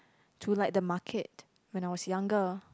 to like the market when I was younger